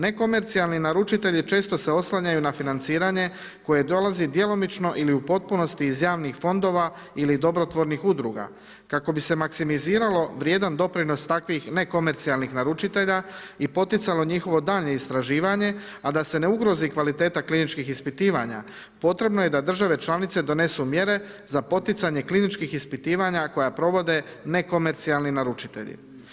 Nekomercijalni naručitelji često se oslanjaju na financiranje koje dolazi djelomično ili u potpunosti iz javnih fondova ili dobrotvornih udruga kako bi se maksimiziralo vrijedan doprinos takvih nekomercijalnih naručitelja i poticalo njihovo daljnje istraživanje, a da se ne ugrozi kvaliteta kliničkih ispitivanja potrebno je da države članice donesu mjere za poticanje kliničkih ispitivanja koja provode nekomercijalni naručitelji.